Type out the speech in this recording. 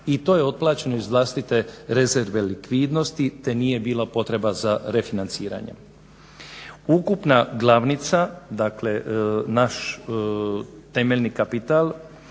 i to je otplaćeno iz vlastite rezerve likvidnosti te nije bilo potreba za refinanciranjem. Ukupna glavnica, dakle naš temeljni kapital